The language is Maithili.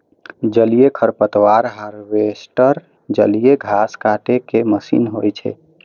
जलीय खरपतवार हार्वेस्टर जलीय घास काटै के मशीन होइ छै